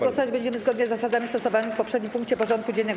Głosować będziemy zgodnie z zasadami stosowanymi w poprzednim punkcie porządku dziennego.